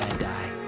die.